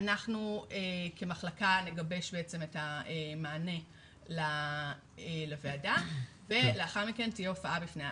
אנחנו כמחלקה נגבש את המענה לוועדה ולאחר מכן תהיה הופעה בפני האו"ם,